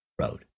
road